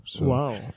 Wow